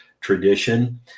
tradition